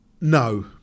No